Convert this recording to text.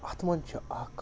اَتھ منٛز چھِ اَکھ